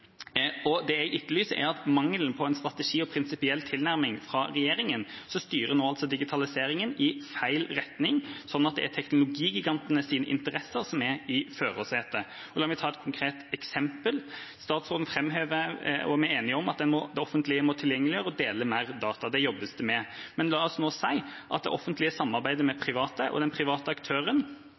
Det jeg etterlyser, er at ved mangelen på en strategi og prinsipiell tilnærming fra regjeringen styres nå digitaliseringen i feil retning, sånn at det er teknologigigantenes interesser som er i førersetet. La meg ta et konkret eksempel: Statsråden framhever – og vi er enige om – at det offentlige må tilgjengeliggjøre og dele mer data. Det jobbes det med. Men la oss nå si at det offentlige samarbeider med private, og at den private aktøren